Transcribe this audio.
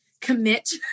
commit